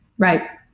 right?